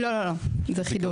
לא, לא, זה חידוד.